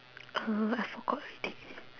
uh I forgot already eh